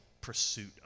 pursuit